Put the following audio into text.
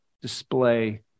display